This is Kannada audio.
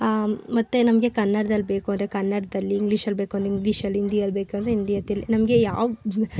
ಮತ್ತೆ ನಮಗೆ ಕನ್ನಡದಲ್ಲಿ ಬೇಕು ಅಂದರೆ ಕನ್ನಡದಲ್ಲಿ ಇಂಗ್ಲೀಷಲ್ಲಿ ಬೇಕು ಅಂದರೆ ಇಂಗ್ಲೀಷಲ್ಲಿ ಹಿಂದಿಯಲ್ಲಿ ಬೇಕು ಅಂದರೆ ಹಿಂದಿಯಲ್ಲಿ ನಮಗೆ ಯಾವ